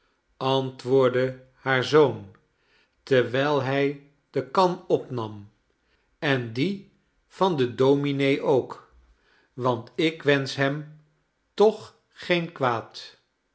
antwoordde haar zoon terwijl hij de kan opnam en die van den domine ook want ik wensch hem toch geen kwaad